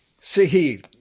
See